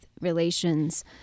relations